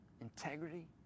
integrity